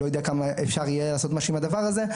אני לא יודע כמה אפשר יהיה לעשות משהו עם הדבר הזה.